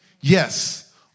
Yes